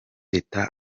teta